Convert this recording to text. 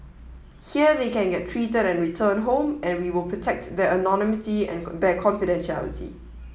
here they can get treated and return home and we will protect their anonymity and their confidentiality